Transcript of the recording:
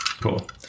cool